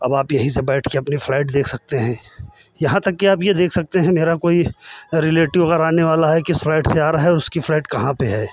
अब आप यहीं से बैठ के अपनी फ़्लाइट देख सकते हैं यहाँ तक कि आप ये देख सकते हैं मेरा कोई रिलेटिव अगर आने वाला है किस फ़्लाइट से आ रहा है उसकी फ़्लाइट कहाँ पे है